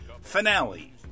finale